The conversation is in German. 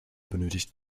benötigt